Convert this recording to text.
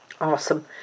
Awesome